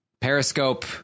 Periscope